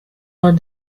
are